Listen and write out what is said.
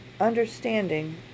understanding